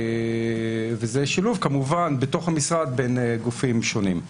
וזה שילוב כמובן בתוך המשרד בין גופים שונים.